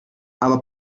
aber